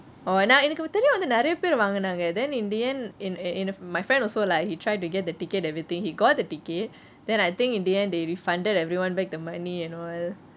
oh நான் எனக்கு தெரியும் வந்து நிறைய பேர் வாங்குனாங்க:naan enaku theriyum vanthu niraiye per vaangunaange then in the end in a in my friend also lah he try to get the ticket everything he got the ticket then I think in the end they refunded everyone back the money and all